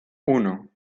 uno